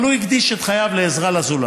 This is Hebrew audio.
אבל הוא הקדיש את חייו לעזרה לזולת,